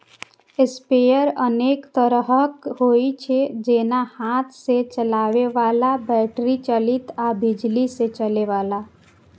sprayer अनेक तरहक होइ छै, जेना हाथ सं चलबै बला, बैटरी चालित आ बिजली सं चलै बला